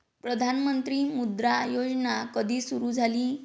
प्रधानमंत्री मुद्रा योजना कधी सुरू झाली?